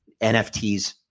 NFTs